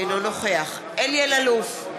אינו נוכח אלי אלאלוף,